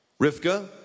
Rivka